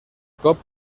cop